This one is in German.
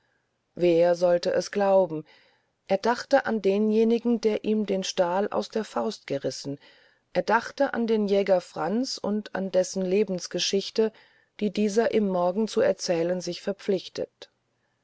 wer sollte es glauben er dachte an denjenigen der ihm den stahl aus der faust gerissen er dachte an den jäger franz und an dessen lebensgeschichte die dieser ihm morgen zu erzählen sich verpflichtet